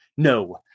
No